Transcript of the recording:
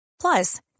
plus